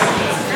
נגד?